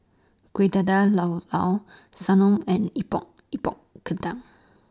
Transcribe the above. Kueh Dadar Llao Llao Sanum and Epok Epok Kentang